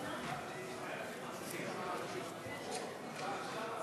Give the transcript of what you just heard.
נא להגיש אלי את תוצאות ההצבעה.